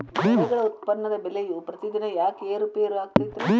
ಬೆಳೆಗಳ ಉತ್ಪನ್ನದ ಬೆಲೆಯು ಪ್ರತಿದಿನ ಯಾಕ ಏರು ಪೇರು ಆಗುತ್ತೈತರೇ?